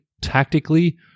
tactically